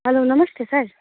hello नमस्ते sir